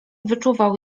wyczuwał